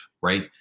right